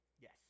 Yes